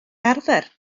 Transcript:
arfer